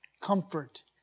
comfort